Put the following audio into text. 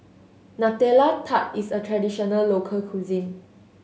Nutella Tart is a traditional local cuisine